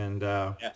Yes